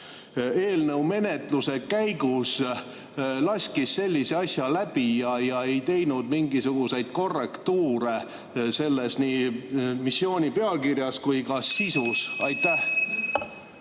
eelnõu menetluse käigus laskis sellise asja läbi ja ei teinud mingisuguseid korrektuure selles, ei missiooni pealkirjas ega ka sisus? Aitäh